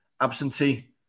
absentee